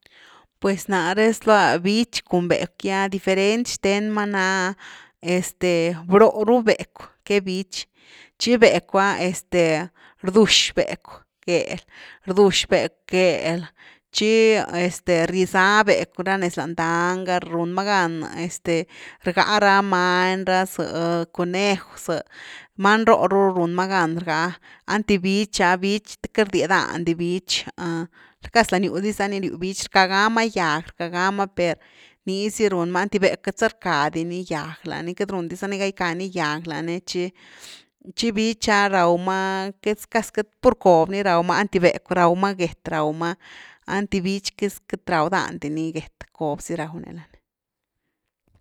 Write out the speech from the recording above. Pues nare zlua bich, cun becw gy’a diferenci xthen ma na ah este bro ru becw que bich, tchi becw ah, este, rdux becw gel, rdux becw gel, tchi este, rizaa becw ra nez lan dani ga, runma gan este rga ra many, ra za conej’w, za many ro’h ru run ma gan rga einty bich ah, bich queity rdie dandi bich casi langyw diza ni ryw bich, rcka gama gyag rcka gama, per niizy runma, einty becw queity za rcka di ni gyag, lani queity run di za ni gan gicka ni gyag lani tchi-thci bich ah rawma casi-casi pur cob ni raw ma enty becw raw ma get raw ma, einty bich casi queity raw dandini get, cob zy raw ni lani.